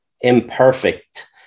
imperfect